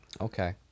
Okay